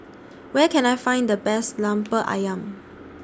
Where Can I Find The Best Lemper Ayam